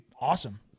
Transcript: awesome